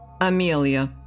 Amelia